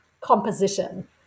composition